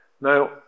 Now